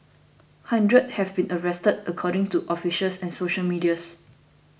hundreds have been arrested according to officials and social medias